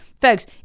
Folks